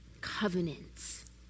covenants